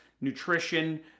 nutrition